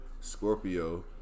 Scorpio